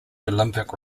olympic